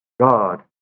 God